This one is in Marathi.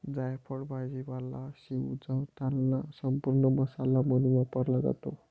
जायफळ भाजीपाला शिजवताना संपूर्ण मसाला म्हणून वापरला जातो